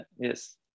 Yes